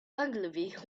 ogilvy